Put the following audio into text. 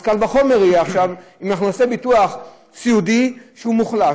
אז קל וחומר יהיה עכשיו אם אנחנו נעשה ביטוח סיעודי שהוא מוחלש.